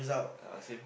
yeah same